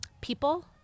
people